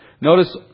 Notice